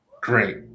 great